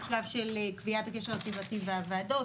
שלב של קביעת הקשר הסיבתי והוועדות,